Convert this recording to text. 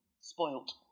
Spoilt